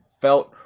felt